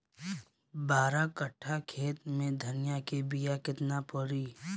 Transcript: बारह कट्ठाखेत में धनिया के बीया केतना परी?